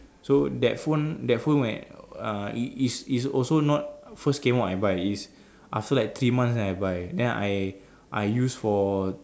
so that phone that phone where err it is is also not first came out I buy is after like three months then I buy then I I used for